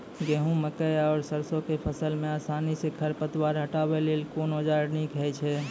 गेहूँ, मकई आर सरसो के फसल मे आसानी सॅ खर पतवार हटावै लेल कून औजार नीक है छै?